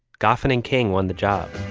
goffin and king won the job